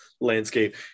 landscape